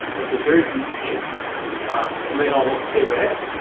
it's a very deep pink you might almost say red